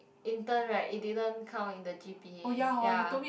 intern right it did't count in the G_P_A ya